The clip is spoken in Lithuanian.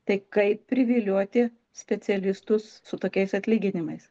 tai kaip privilioti specialistus su tokiais atlyginimais